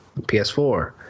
ps4